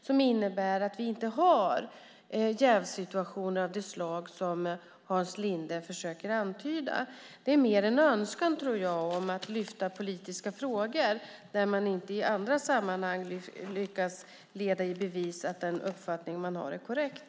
Det innebär att vi inte har jävssituationer av det slag som Hans Linde antyder. Jag tror att det är mer en önskan om att lyfta upp politiska frågor när man inte i andra sammanhang lyckas leda i bevis att den uppfattning man har är korrekt.